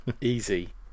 Easy